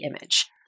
image